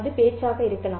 அது பேச்சாக இருக்கலாம்